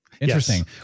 Interesting